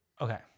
Okay